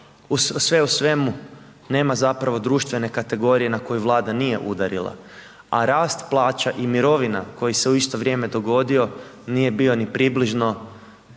sve u svemu, nema zapravo društvene kategorije na koju Vlada nije udarila, a rast plaća i mirovina koji se u isto vrijeme dogodio nije bio ni približno